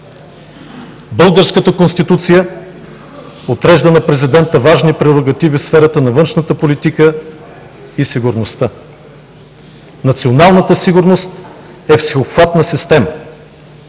Българската Конституция отрежда на президента важни прерогативи в сферата на външната политика и сигурността. Националната сигурност е всеобхватна система.